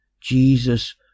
Jesus